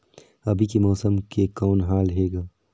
अभी के मौसम के कौन हाल हे ग?